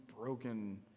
broken